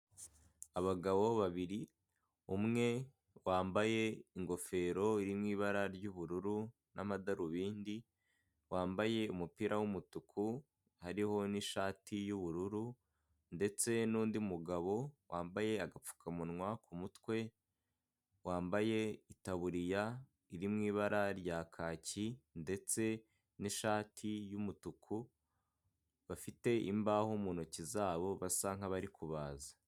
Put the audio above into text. Abagabo babiri umwe wambaye ingofero iri mu ibara ry'ubururu n'amadarubindi, wambaye umupira w'umutuku hariho n'ishati y'ubururu ndetse n'undi mugabo wambaye agapfukamunwa ku mutwe, wambaye itaburiya iri mu ibara rya kaki ndetse n'ishati y'umutuku, bafite imbaho mu ntoki zabo basa nk'abari kubaza.